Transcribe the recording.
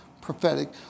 prophetic